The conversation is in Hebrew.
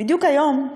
בדיוק היום,